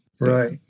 Right